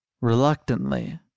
reluctantly